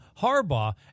Harbaugh